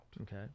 Okay